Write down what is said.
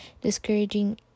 discouraging